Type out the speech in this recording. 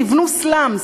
תבנו סלאמס,